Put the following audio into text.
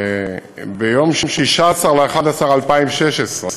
ביום 16 בנובמבר 2016. שזה